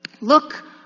Look